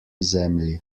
zemlji